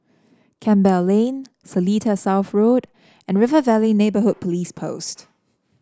Campbell Lane Seletar South Road and River Valley Neighbourhood Police Post